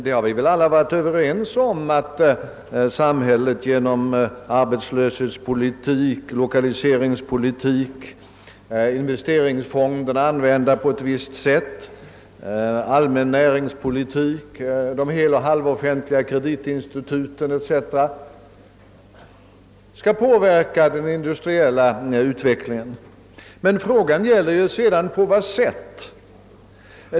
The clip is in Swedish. Vi har väl alla varit överens om att samhället genom arbetslöshetspolitik, 1okaliseringspolitik, investeringsfonderna använda på ett visst sätt, allmän näringspolitik, de heloch halvstatliga kreditinstituten etc. skall påverka den industriella utvecklingen. Men frågan är på vad sätt det skall ske.